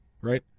Right